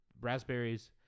raspberries